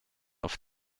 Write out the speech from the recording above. oft